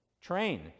train